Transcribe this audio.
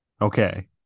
Okay